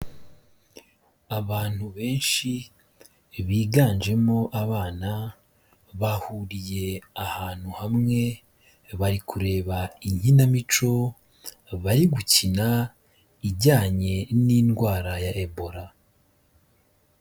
Abantu benshi biganjemo abana, bahuriye ahantu hamwe, bari kureba inkinamico bari gukina ijyanye n'indwara ya Ebola.